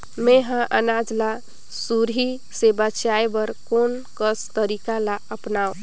मैं ह अनाज ला सुरही से बचाये बर कोन कस तरीका ला अपनाव?